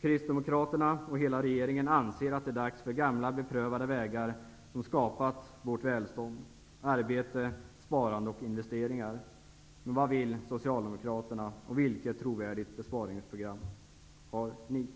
Kristdemokraterna och hela regeringen anser att det är dags för gamla och beprövade vägar, som skapat vårt välstånd: arbete, sparande och investeringar. Men vad vill socialdemokraterna, och vilket trovärdigt besparingsprogram har ni?